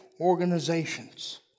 organizations